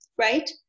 right